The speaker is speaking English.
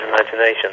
imagination